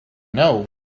know